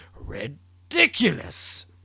RIDICULOUS